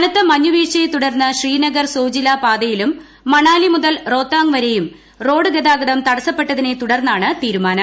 കനത്ത മഞ്ഞുവീഴ്ചയെ തുടർന്ന് ശ്രീനഗർ സോജില പാതയിലും മണാലി മുതൽ റോത്താങ് വരെയും റോഡ് ഗതാഗതം തടസ്സപ്പെട്ടതിനെ തുടർന്നാണ് തീരുമാനം